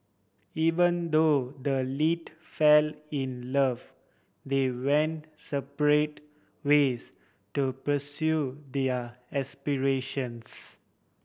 even though the lead fell in love they went separate ways to pursue their aspirations